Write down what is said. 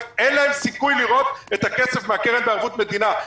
אין להם סיכוי לראות את הכסף מהקרן בערבות מדינה.